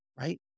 Right